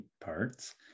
parts